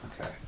Okay